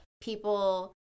people